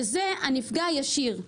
שזה הנפגע הישיר,